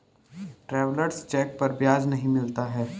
travellers cheque पर ब्याज नहीं मिलता है